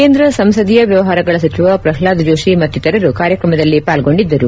ಕೇಂದ್ರ ಸಂಸದೀಯ ವ್ಯವಹಾರಗಳ ಸಚಿವ ಪ್ರಹ್ಲಾದ್ ಜೋಷಿ ಮತ್ತಿತರರು ಕಾರ್ಯಕ್ರಮದಲ್ಲಿ ಪಾಲ್ಗೊಂಡಿದ್ದರು